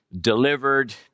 delivered